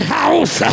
house